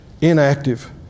inactive